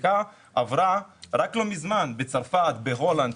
החקיקה עברה רק לא מזמן בצרפת, בהולנד.